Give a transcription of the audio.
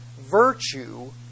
virtue